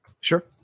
sure